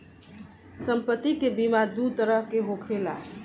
सम्पति के बीमा दू तरह के होखेला